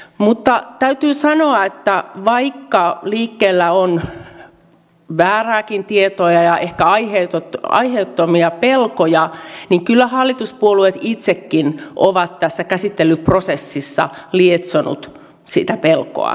mutta täytyy sanoa että vaikka liikkeellä on väärääkin tietoa ja ehkä aiheettomia pelkoja niin kyllä hallituspuolueet itsekin ovat tässä käsittelyprosessissa lietsoneet sitä pelkoa